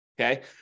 okay